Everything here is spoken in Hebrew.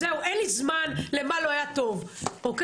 זהו, אין לי זמן למה לא היה טוב, אוקיי?